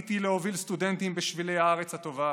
זכיתי להוביל סטודנטים בשבילי הארץ הטובה